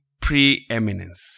preeminence